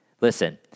Listen